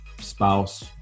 spouse